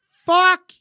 Fuck